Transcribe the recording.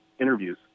interviews